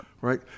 right